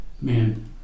man